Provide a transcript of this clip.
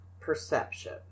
perception